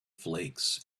flakes